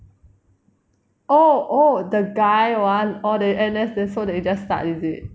oh oh the guy [one] orh they N_S then so they just start is it